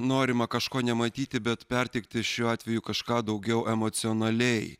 norima kažko nematyti bet perteikti šiuo atveju kažką daugiau emocionaliai